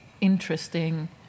interesting